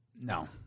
No